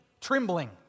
trembling